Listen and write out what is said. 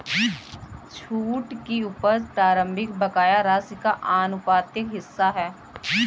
छूट की उपज प्रारंभिक बकाया राशि का आनुपातिक हिस्सा है